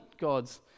God's